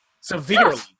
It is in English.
severely